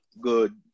good